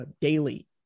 daily